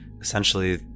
essentially